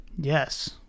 Yes